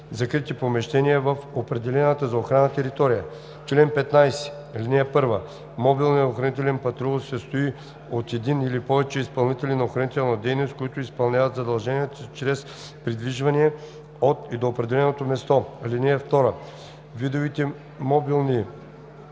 закрити помещения в определената за охрана територия. Чл. 15. (1) Мобилният охранителен патрул се състои от един или повече изпълнители на охранителна дейност, които изпълняват задълженията си чрез придвижване от и до определено място. (2) Видовете мобилни